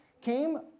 came